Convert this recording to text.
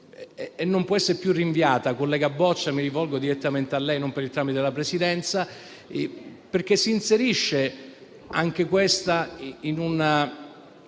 non può essere più essere rinviata, collega Boccia - mi rivolgo direttamente a lei, non per il tramite della Presidenza - e che si inserisce anch'essa in una